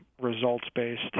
results-based